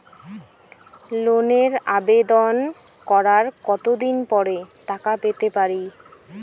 লোনের আবেদন করার কত দিন পরে টাকা পেতে পারি?